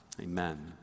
Amen